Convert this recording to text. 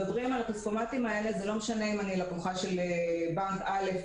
זה לא משנה אם אני לקוחה של בנק אחר,